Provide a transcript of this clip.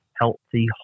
healthy